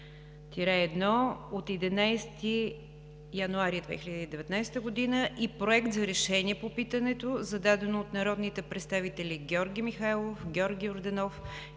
№ 954-05-1 от 11 януари 2019 г. и Проект за решение по питането, зададено от народните представители Георги Михайлов, Георги Йорданов,